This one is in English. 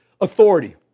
authority